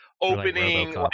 opening